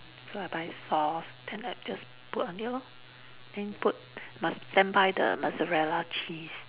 so I buy sauce then I just put on it lor then put must standby the mozzarella cheese